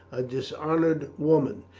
a dishonoured woman,